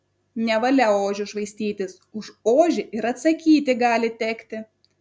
nevalia ožiu švaistytis už ožį ir atsakyti gali tekti